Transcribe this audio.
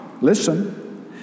listen